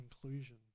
conclusion